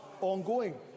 ongoing